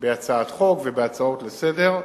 בהצעות חוק ובהצעות לסדר-היום.